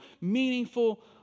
meaningful